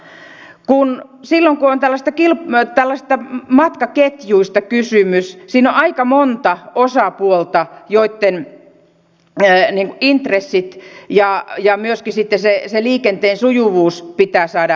silloin kun on tällaisista matkaketjuista kysymys siinä on aika monta osapuolta joitten intressit ja myöskin sitten se liikenteen sujuvuus pitää saada hoidettua